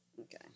okay